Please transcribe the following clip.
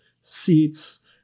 seats